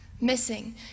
Missing